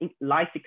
life